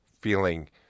feeling